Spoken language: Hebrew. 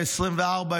העשרים-וארבע,